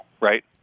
right